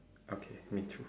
okay me too